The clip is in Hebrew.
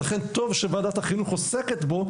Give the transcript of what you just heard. ולכן טוב שוועדת החינוך עוסקת בו,